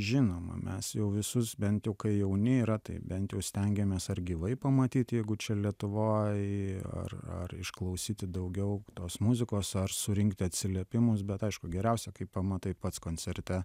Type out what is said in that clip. žinoma mes jau visus bent jau kai jauni yra tai bent jau stengiamės ar gyvai pamatyt jeigu čia lietuvoj ar ar išklausyti daugiau tos muzikos ar surinkti atsiliepimus bet aišku geriausia kai pamatai pats koncerte